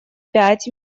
пять